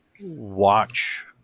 watch